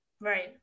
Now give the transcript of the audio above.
right